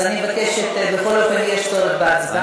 אז אני מבקשת, בכל אופן יש צורך בהצבעה.